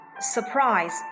Surprise